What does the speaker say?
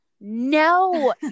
No